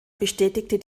bestätigte